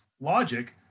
logic